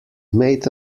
made